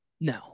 No